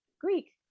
Greek